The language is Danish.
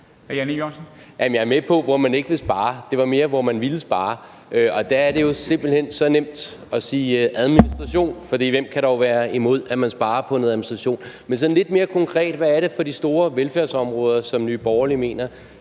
Jeg er med på, hvor man ikke vil spare. Det var mere, hvor man ville spare. Der er det jo simpelt hen så nemt at sige »administration«, for hvem kan dog være imod, at man sparer på noget administration? Men sådan lidt mere konkret vil jeg høre, hvad det er for nogle store velfærdsområder, Nye Borgerlige mener